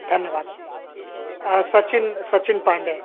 धन्यवादः सचिन् सचिन्पाण्डे